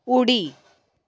उडी